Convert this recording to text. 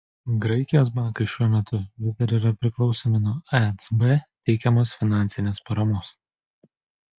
graikijos bankai šiuo metu vis dar yra priklausomi nuo ecb teikiamos finansinės paramos